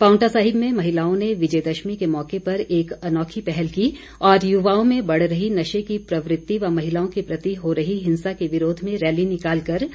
पावंटा साहिब में महिलाओं ने विजय दशमी के मौके पर एक अनोखी पहल की और युवाओं में बढ़ रही नशे की प्रवृति तथा महिलाओं के प्रति हो रही हिंसा के विरोध में रैली निकालकर